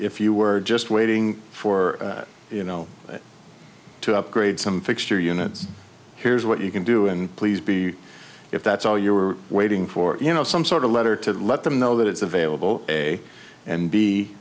if you were just waiting for you know to upgrade some fixture unit here's what you can do and please be if that's all you were waiting for you know some sort of letter to let them know that it's available a and b